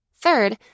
Third